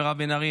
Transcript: מירב בן ארי,